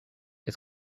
est